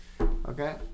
Okay